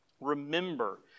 Remember